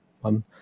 one